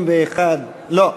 לא,